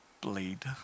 bleed